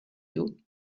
you